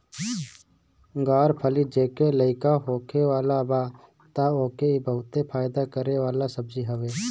ग्वार फली जेके लईका होखे वाला बा तअ ओके इ बहुते फायदा करे वाला सब्जी हवे